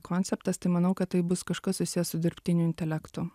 konceptas tai manau kad tai bus kažkas susiję su dirbtiniu intelektu